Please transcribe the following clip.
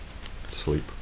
sleep